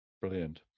Brilliant